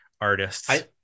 artists